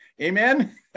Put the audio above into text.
Amen